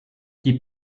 die